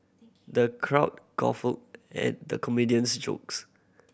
the crowd guffawed at the comedian's jokes